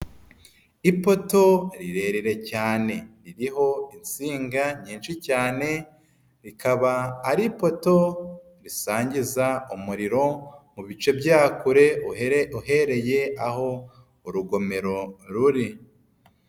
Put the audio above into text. Ipoto rirerire cyane, iriho insinga nyinshi cyane, rikaba ari ipoto risangiza umuriro, mu bice bya kure uhere uhereye aho urugomero ruri.